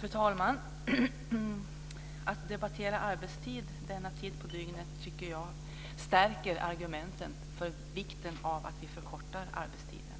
Fru talman! Att debattera arbetstid denna tid på dygnet stärker argumenten för en förkortning av arbetstiden.